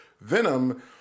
Venom